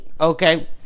Okay